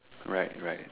right right